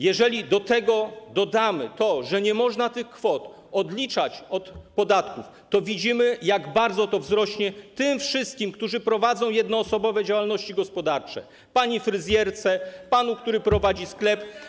Jeżeli do tego dodamy to, że nie można tych kwot odliczać od podatków, to widzimy, jak bardzo to wzrośnie tym wszystkim, którzy prowadzą jednoosobowe działalności gospodarcze: pani fryzjerce, panu, który prowadzi sklep.